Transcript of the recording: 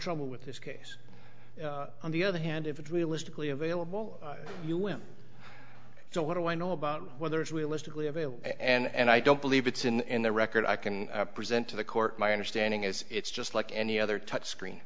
trouble with this case on the other hand if it realistically available you will so what do i know about whether it's realistically available and i don't believe it's in the record i can present to the court my understanding is it's just like any other touchscreen